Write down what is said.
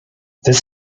this